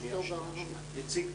מיד.